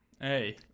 hey